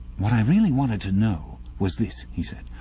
what i really wanted to know was this he said.